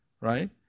right